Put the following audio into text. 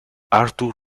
arthur